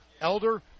Elder